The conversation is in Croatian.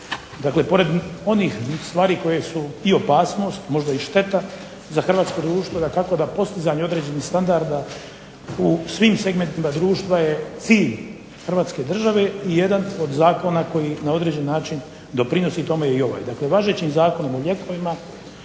Dakle, i pored onih stvari koje su i opasnost možda i šteta za hrvatsko društvo dakako da postizanje određenih standarda u svim segmentima društva je cilj Hrvatske države i jedan od zakona koji na određeni način doprinosi tome je i ovaj.